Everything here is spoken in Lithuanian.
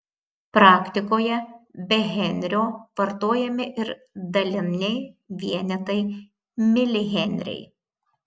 praktikoje be henrio vartojami ir daliniai vienetai milihenriai